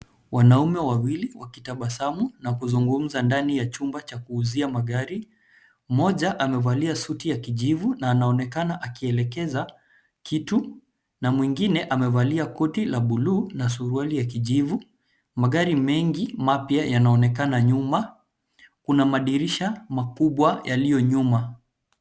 Wanaume wawili wakitabasamu na kuzugumza ndani ya chumba cha kuuzia magari. Mmoja amevalia suti ya kijivu na anaonekana akielekeza kitu, na mwingine amevalia koti la buluu na suruali ya kijivu. Magari mengi mapya yanaonekana nyuma. Kuna madirisha makubwa yaliyo nyuma.